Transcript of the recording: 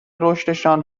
رشدشان